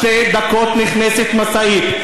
שכל שתי דקות נכנסת משאית.